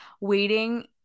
waiting –